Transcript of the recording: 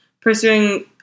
pursuing